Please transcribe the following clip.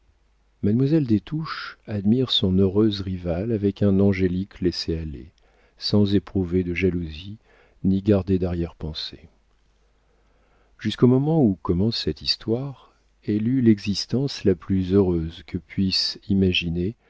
touches admire son heureuse rivale avec un angélique laisser-aller sans éprouver de jalousie ni garder darrière pensée jusqu'au moment où commence cette histoire elle eut l'existence la plus heureuse que puisse imaginer